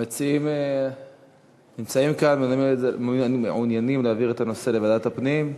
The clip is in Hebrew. המציעים נמצאים כאן והם מעוניינים להעביר את הנושא לוועדת הפנים.